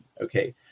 Okay